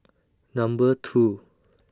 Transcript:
Number two